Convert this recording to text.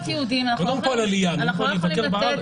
קודם כול עלייה --- נכון, זה לא רק יהודים.